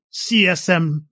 CSM